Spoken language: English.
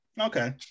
Okay